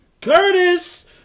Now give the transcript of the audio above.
Curtis